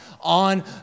on